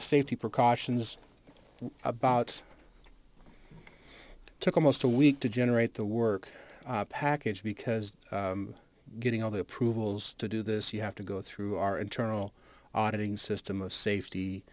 of safety precautions about it took almost a week to generate the work package because getting all the approvals to do this you have to go through our internal auditing system of